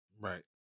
right